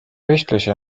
võistlusi